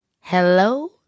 Hello